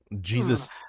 jesus